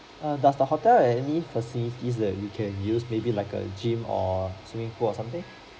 err does the hotel has any facilities that we can use maybe like a gym or swimming pool or something